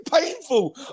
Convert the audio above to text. painful